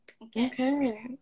okay